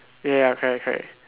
ya ya ya correct correct